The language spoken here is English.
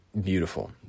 beautiful